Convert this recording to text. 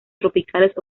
tropicales